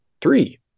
Three